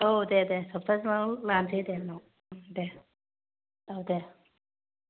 औ दे दे सफ्थासे उनाव लानोसै दे दे औ दे